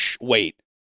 wait